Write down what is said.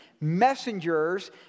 messengers